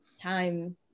time